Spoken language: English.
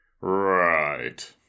Right